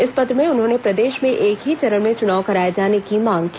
इस पत्र में उन्होंने प्रदेश में एक ही चरण में चुनाव कराए जाने की मांग की